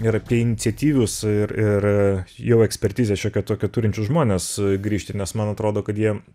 ir apie iniciatyvius ir ir jau ekspertizę šiokią tokią turinčius žmones grįžti nes man atrodo kad jie